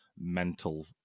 mental